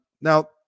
Now